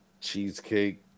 cheesecake